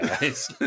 guys